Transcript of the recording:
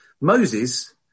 Moses